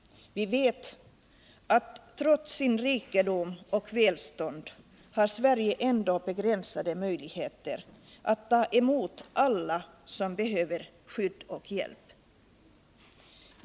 Vi vet att Sverige trots sin rikedom och sitt välstånd ändå har begränsade möjligheter att ta emot alla som behöver skydd och hjälp.